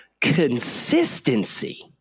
consistency